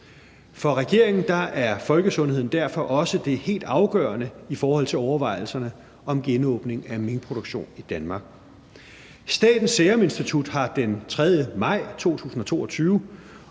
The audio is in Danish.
For regeringen er folkesundheden derfor også det helt afgørende i forhold til overvejelserne om genåbning af minkproduktion i Danmark. Statens Seruminstitut har den 3. maj 2022